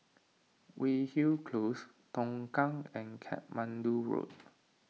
Weyhill Close Tongkang and Katmandu Road